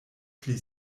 pli